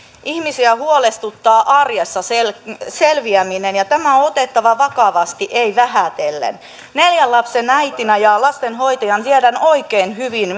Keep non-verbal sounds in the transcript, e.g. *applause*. ihmisiä huolestuttaa arjessa selviäminen selviäminen ja tämä on on otettava vakavasti ei vähätellen neljän lapsen äitinä ja lastenhoitajana tiedän oikein hyvin *unintelligible*